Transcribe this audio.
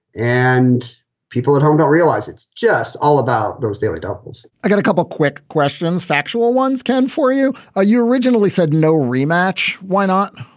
and people at home don't realize it's just all about those daily doubles i got a couple of quick questions. factual ones can for you. ah you originally said no rematch. why not?